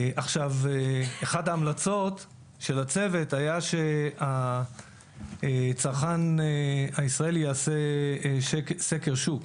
אחת ההמלצות של הצוות הייתה שהצרכן הישראלי יעשה סקר שוק.